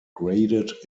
graded